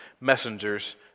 messengers